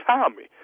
Tommy